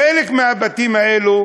חלק מהבתים האלה,